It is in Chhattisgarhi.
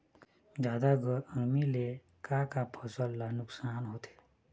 जादा गरमी ले का का फसल ला नुकसान होथे?